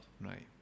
right